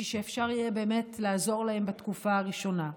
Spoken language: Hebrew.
בשביל שאפשר יהיה באמת לעזור להם בתקופה הראשונה.